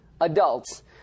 adults